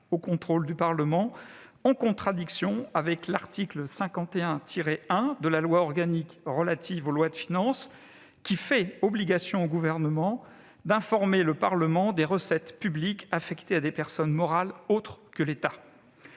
au contrôle du Parlement, en contradiction avec l'article 51-1 de la loi organique relative aux lois de finances, qui fait obligation au Gouvernement d'informer le Parlement des recettes publiques affectées à des personnes morales autres que l'État.